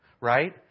right